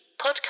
podcast